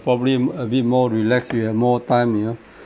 probably a bit more relax we have more time you know